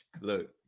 look